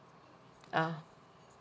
ah